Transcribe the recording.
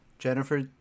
Jennifer